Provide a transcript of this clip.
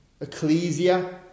ecclesia